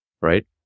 Right